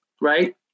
right